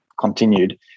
continued